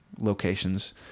locations